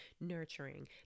nurturing